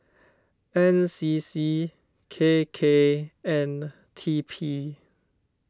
N C C K K and T P